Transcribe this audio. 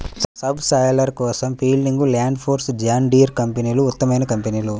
sub soiler కోసం Fieldking, Landforce, John Deere కంపెనీలు ఉత్తమమైన కంపెనీలు